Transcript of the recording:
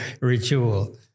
ritual